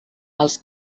als